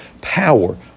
power